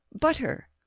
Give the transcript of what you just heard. Butter